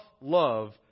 love